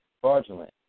fraudulent